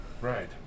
Right